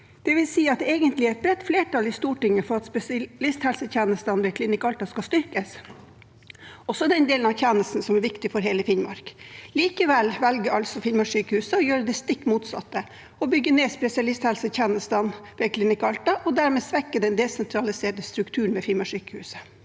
Det vil si at det egentlig er et bredt flertall i Stortinget for at spesialisthelsetjenestene ved Klinikk Alta skal styrkes, også den delen av tjenesten som er viktig for hele Finnmark. Likevel velger altså Finnmarkssykehuset å gjøre det stikk motsatte – bygge ned spesialisthelsetjenestene ved Klinikk Alta og dermed svekke den desentraliserte strukturen ved Finnmarkssykehuset.